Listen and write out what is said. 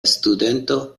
studento